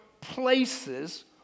places